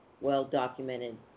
well-documented